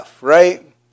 right